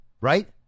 right